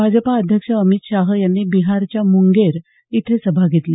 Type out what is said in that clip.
भाजपा अध्यक्ष अमित शाह यांनी बिहारच्या मुंगेर इथे सभा घेतली